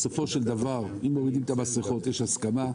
בסופו של דבר, אם מורידים את המסכות, יש הסכמה.